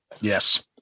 Yes